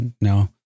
no